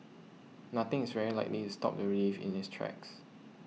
nothing is very likely to stop the relief in its tracks